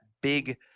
big